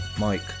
Mike